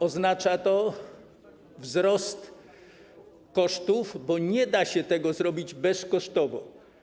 Oznacza to wzrost kosztów, bo nie da się tego zrobić bezkosztowo.